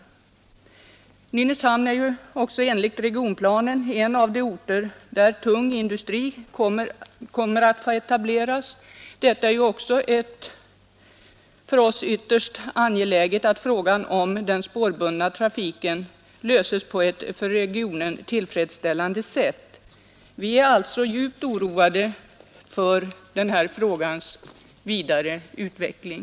Nynäshamn är enligt regionplanen en av de orter där tung industri kommer att få etableras. Därför är det för oss ytterst angeläget att frågan om den spårbundna trafiken löses på ett för regionen tillfredsställande sätt. Vi är alltså djupt oroade för denna frågas vidare utveckling.